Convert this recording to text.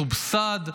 מסובסד,